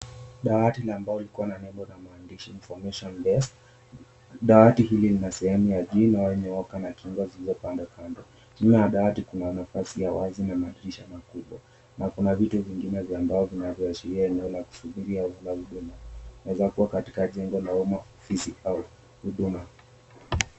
Dawati la mbao liko na nembo na maandishi, "Information Desk." Dawati hili lina sehemu ya jino yenye waka na kingo zilizo kando. Juu ya dawati kuna nafasi ya wazi na madirisha makubwa na kuna vitu vingine vya mbao vinavyoashiria eneo la kusubiria au la huduma. Inaaweza kuwa katika jengo la uma, ofisi au Huduma.